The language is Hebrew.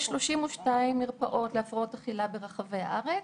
יש 32 מרפאות להפרעות אכילה ברחבי הארץ,